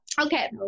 Okay